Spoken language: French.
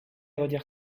redire